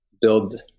build